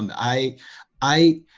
and i i